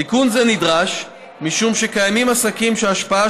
תיקון זה נדרש משום שקיימים עסקים שההשפעה